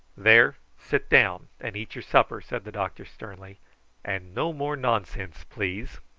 there, sit down and eat your supper! said the doctor sternly and no more nonsense, please.